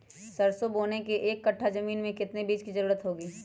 सरसो बोने के एक कट्ठा जमीन में कितने बीज की जरूरत होंगी?